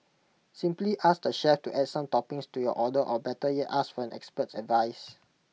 simply ask the chef to add some toppings to your order or better yet ask for an expert's advice